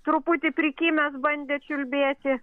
truputį prikimęs bandė čiulbėti